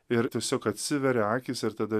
ir tiesiog atsiveria akys ir tada